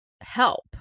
help